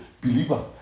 believer